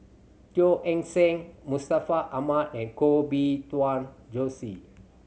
Teo Eng Seng Mustaq Ahmad and Koh Bee Tuan Joyce